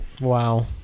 Wow